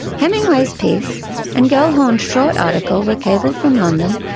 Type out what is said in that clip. hemingway's piece and gellhorn's short article were cabled from london,